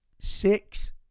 six